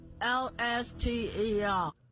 L-S-T-E-R